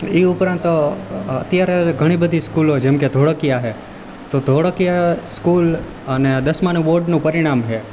ઇ ઉપરાંત અત્યારે ઘણીબધી સ્કુલો જેમકે ધોળકિયા છે તો ધોળકિયા સ્કુલ અને દસમાનું બોર્ડનું પરિણામ છે